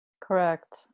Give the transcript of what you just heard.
correct